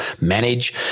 manage